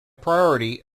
priority